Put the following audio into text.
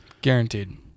Guaranteed